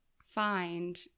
find